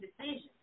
decisions